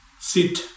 sit